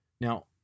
Now